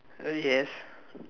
yes